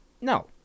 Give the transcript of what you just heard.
No